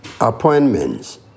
appointments